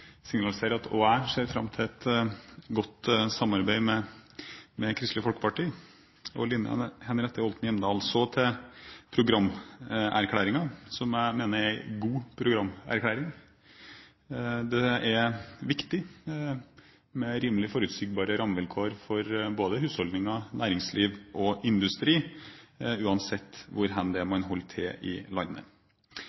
signalisere at også jeg ser fram til et godt samarbeid med Kristelig Folkeparti og Line Henriette Hjemdal. Så til programerklæringen, som jeg mener er en god programerklæring. Det er viktig med rimelig forutsigbare rammevilkår for husholdninger, næringsliv og industri uansett hvor hen man holder til i landet. Et stabilt og effektivt kraftsystem er